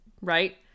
right